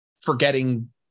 forgetting